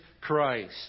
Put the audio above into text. Christ